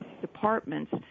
departments